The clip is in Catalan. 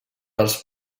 els